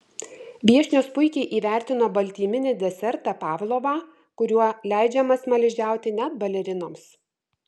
viešnios puikiai įvertino baltyminį desertą pavlovą kuriuo leidžiama smaližiauti net balerinoms